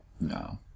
no